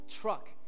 truck